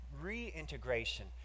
reintegration